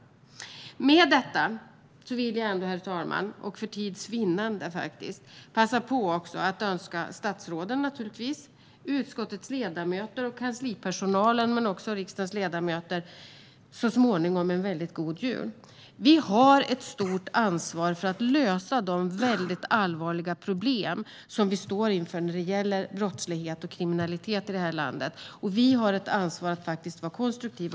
Herr talman! Jag önskar statsråden, utskottets ledamöter, kanslipersonalen och riksdagens ledamöter en god jul så småningom. Vi har ett stort ansvar för att lösa de allvarliga problem vi står inför när det gäller brottslighet och kriminalitet i det här landet. Vi har ett ansvar att vara konstruktiva.